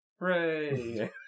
Hooray